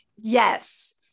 Yes